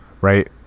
right